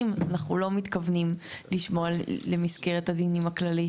אנחנו לא מתכוונים לשמור על מסגרת הדינים הכללית.